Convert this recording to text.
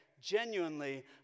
genuinely